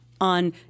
on